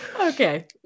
Okay